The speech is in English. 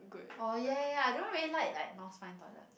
orh ya ya ya I don't really like like North Spine toilet